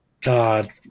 God